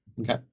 Okay